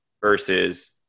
versus